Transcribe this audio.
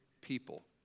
people